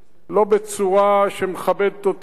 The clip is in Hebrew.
לא בצורה שמכבדת אותם,